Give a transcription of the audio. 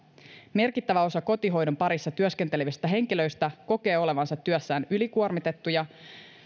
merkittävä osa kotihoidon parissa työskentelevistä henkilöistä kokee olevansa työstään ylikuormitettuja